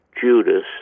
Judas